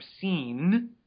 seen